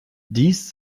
dies